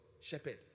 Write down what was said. shepherd